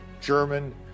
German